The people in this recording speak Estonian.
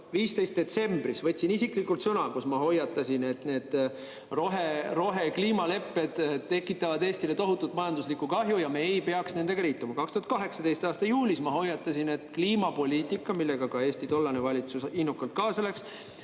detsembris ma võtsin isiklikult sõna ja hoiatasin, et need rohekliimalepped tekitavad Eestile tohutut majanduslikku kahju ja me ei peaks nendega liituma. 2018. aasta juulis ma hoiatasin, et kliimapoliitika, millega ka Eesti tollane valitsus innukalt kaasa läks,